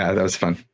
ah that was fun.